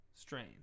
strain